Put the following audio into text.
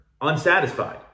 unsatisfied